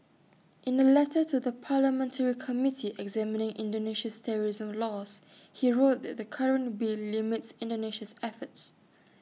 in A letter to the parliamentary committee examining Indonesia's terrorism laws he wrote that the current bill limits Indonesia's efforts